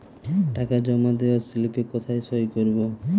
টাকা জমা দেওয়ার স্লিপে কোথায় সই করব?